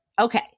Okay